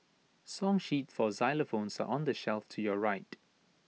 song sheets for xylophones are on the shelf to your right